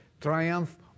triumph